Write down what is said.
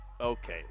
Okay